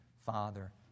Father